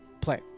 play